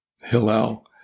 Hillel